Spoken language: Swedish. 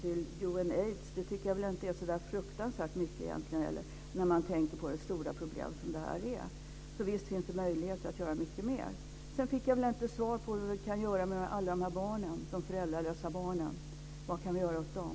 Det tycker jag egentligen inte är så fruktansvärt mycket när man tänker på det stora problem som detta är. Så visst finns det möjligheter att göra mycket mer! Jag fick inte svar på vad vi kan göra med alla de föräldralösa barnen. Vad kan vi göra åt dem?